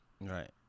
Right